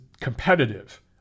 competitive